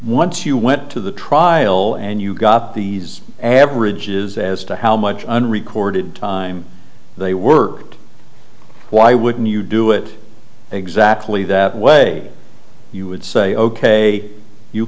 once you went to the trial and you got these averages as to how much unrecorded time they worked why wouldn't you do it exactly that way you would say ok you